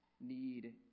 need